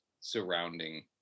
surrounding